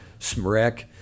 Smrek